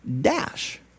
dash